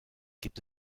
gibt